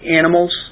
animals